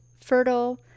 Fertile